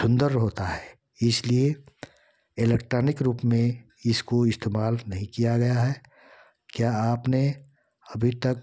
सुन्दर होता है इसलिए एलेक्ट्रॉनिक रूप में इसको इस्तेमाल नहीं किया गया है क्या आपने अभी तक